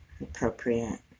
appropriate